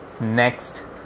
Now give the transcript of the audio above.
next